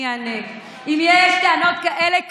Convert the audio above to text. אני אענה: אם יש טענות כאלה קשות,